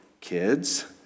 kids